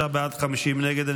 33 בעד, 50 נגד.